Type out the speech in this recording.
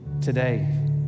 today